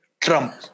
Trump